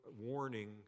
warning